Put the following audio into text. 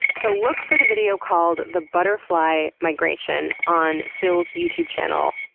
so look for the video called the butterfly migration on phil's youtube channel,